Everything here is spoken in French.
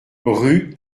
rue